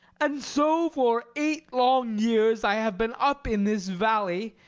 and so for eighf long years i have been up in this valley,